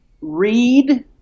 read